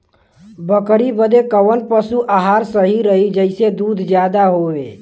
बकरी बदे कवन पशु आहार सही रही जेसे दूध ज्यादा होवे?